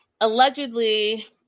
allegedly